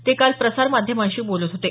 ते काल प्रसारमाध्यमांशी बोलत होते